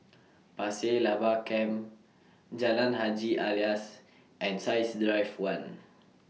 Pasir Laba Camp Jalan Haji Alias and Science Drive one